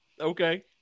okay